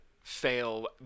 fail